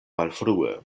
malfrue